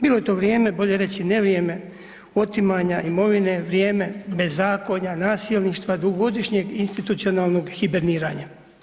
Bilo je to vrijeme, bolje reći nevrijeme otimanja imovine, vrijeme bezakonja, nasilništva, dugogodišnjeg institucionalnog hiberniranja.